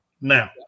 now